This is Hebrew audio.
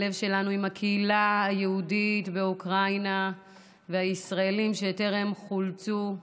הלב שלנו עם הקהילה היהודית באוקראינה והישראלים שטרם חולצו.